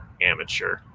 amateur